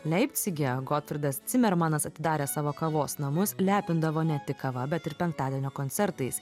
leipcige gotfridas cimermanas atidarė savo kavos namus lepindavo ne tik kava bet ir penktadienio koncertais